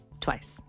twice